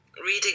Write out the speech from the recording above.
reading